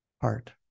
heart